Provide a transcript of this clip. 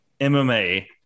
MMA